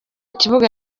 kibuga